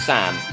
Sam